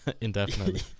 indefinitely